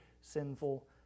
sinful